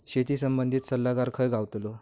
शेती संबंधित सल्लागार खय गावतलो?